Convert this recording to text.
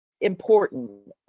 important